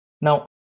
Now